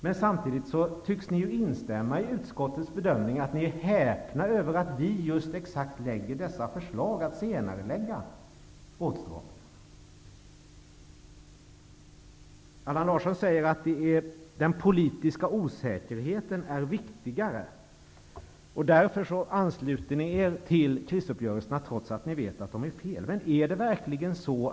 Men samtidigt tycks ni ju instämma i utskottets bedömning att ni är häpna över att vi lägger fram exakt förslaget att senarelägga åtstramningarna. Allan Larsson säger att den politiska osäkerheten är viktigare, och därför ansluter ni er till krisuppgörelsen, trots att ni vet att det är fel.